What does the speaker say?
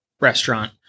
restaurant